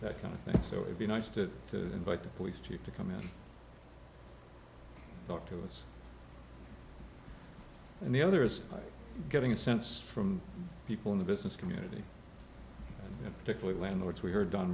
that kind of thing so it would be nice to to invite the police chief to come in talk to us and the other is getting a sense from people in the business community and particularly landlords we heard on